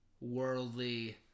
worldly